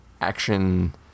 action